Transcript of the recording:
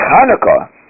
Hanukkah